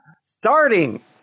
Starting